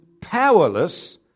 powerless